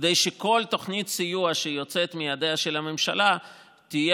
כדי שכל תוכנית סיוע שיוצאת מידיה של הממשלה תהיה